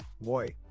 boy